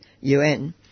UN